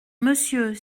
monsieur